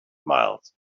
miles